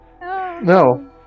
No